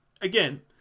Again